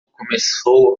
começou